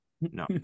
No